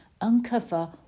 uncover